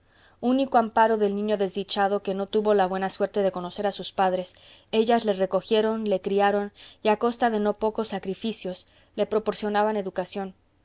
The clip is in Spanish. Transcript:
unico amparo del niño desdichado que no tuvo la buena suerte de conocer a sus padres ellas le recogieron le criaron y a costa de no pocos sacrificios le proporcionaban educación